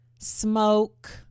Smoke